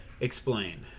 explain